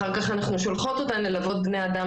אחר כך אנחנו שולחות אותן ללוות בני אדם